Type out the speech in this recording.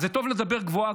אז זה טוב לדבר גבוהה-גבוהה,